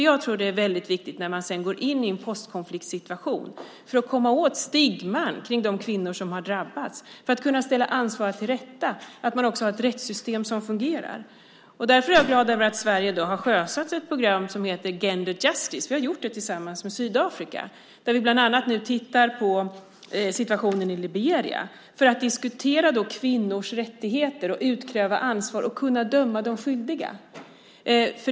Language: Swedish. Jag tror att det är väldigt viktigt, när man sedan går in i en post-konflikt-situation, för att komma åt stigman kring de kvinnor som har drabbats och för att kunna ställa ansvariga till rätta, att man också har ett rättssystem som fungerar. Därför är jag glad att Sverige har sjösatt ett program som heter Gender Justice. Vi har gjort det tillsammans med Sydafrika. Där tittar vi bland annat nu på situationen i Liberia för att diskutera kvinnors rättigheter, utkräva ansvar och få möjlighet att döma de skyldiga.